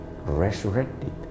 resurrected